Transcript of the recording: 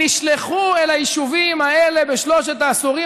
נשלחו אל היישובים האלה בשלושת העשורים